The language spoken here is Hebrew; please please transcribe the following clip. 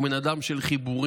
הוא בן אדם של חיבורים,